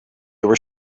were